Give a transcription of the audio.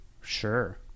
sure